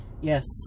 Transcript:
Yes